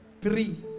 Three